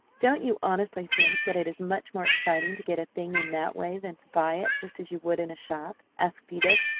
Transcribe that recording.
don't you honestly think that it is much more exciting to get a thing in that way than to buy it just as you would in a shop? asked edith,